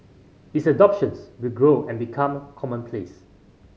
its adoptions will grow and become commonplace